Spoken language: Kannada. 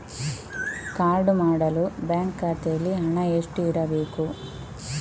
ಕಾರ್ಡು ಮಾಡಲು ಬ್ಯಾಂಕ್ ಖಾತೆಯಲ್ಲಿ ಹಣ ಎಷ್ಟು ಇರಬೇಕು?